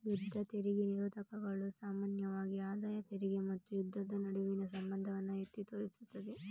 ಯುದ್ಧ ತೆರಿಗೆ ನಿರೋಧಕಗಳು ಸಾಮಾನ್ಯವಾಗಿ ಆದಾಯ ತೆರಿಗೆ ಮತ್ತು ಯುದ್ಧದ ನಡುವಿನ ಸಂಬಂಧವನ್ನ ಎತ್ತಿ ತೋರಿಸುತ್ತವೆ